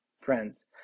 friends